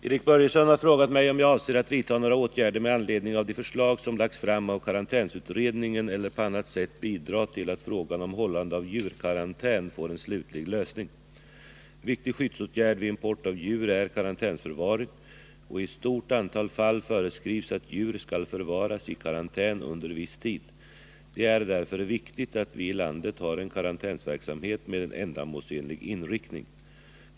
50 - su (3 i i Herr talman! Erik Börjesson har frågat mig om jag avser att vidta några verksamheten åtgärder med anledning av de förslag som lagts fram av karantänsutredningen eller på annat sätt bidra till att frågan om hållande av djurkarantän får en slutlig lösning. En viktig skyddsåtgärd vid import av djur är karantänsförvaring, och i ett stort antal fall föreskrivs att djur skall förvaras i karantän under viss tid. Det är därför viktigt att vi i landet har en karantänsverksamhet med en ändamålsenlig inriktning.